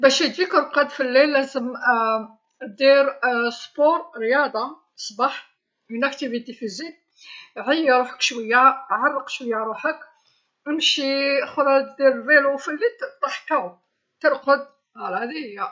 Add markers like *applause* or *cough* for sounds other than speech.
﻿باش يجيك رقد في الليل لازم *hesitation* دير *hesitation* السبور رياضة الصباح، اون اكتيفيتي فيزيك، عيي روحك شوية عرق شوية روحك. امشي اخرج دير فيلو، في الليل طيح كاو، ترقد، هادي هيا.